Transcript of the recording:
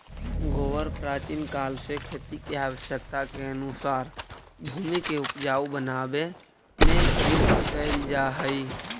गोबर प्राचीन काल से खेती के आवश्यकता के अनुसार भूमि के ऊपजाऊ बनावे में प्रयुक्त कैल जा हई